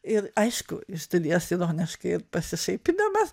ir aišku iš studijos ironiškai ir pasišaipydamas